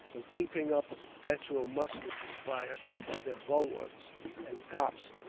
but keeping up a perpetual musketry fire at their bulwarks and tops,